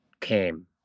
came